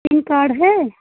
pen card है